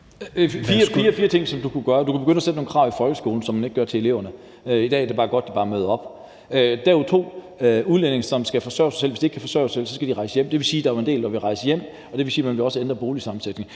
er fire ting, som du kunne gøre. Du kunne begynde at sætte nogle krav i folkeskolen, som man ikke gør, til eleverne. I dag er det bare godt, de møder op. Derudover kunne du sige, at hvis udlændinge, som skal forsørge sig selv, ikke kan forsørge sig selv, skal de rejse hjem. Det vil sige, at der var en del, der ville rejse hjem, og det vil sige, at man også ville ændre boligsammensætningen.